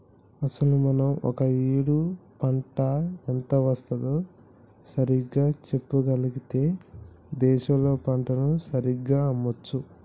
అసలు మనం ఒక ఏడు పంట ఎంత వేస్తుందో సరిగ్గా చెప్పగలిగితే దేశంలో పంటను సరిగ్గా అమ్మొచ్చు